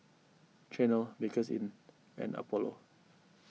Chanel Bakerzin and Apollo